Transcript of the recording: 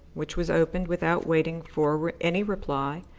which was opened without waiting for any reply.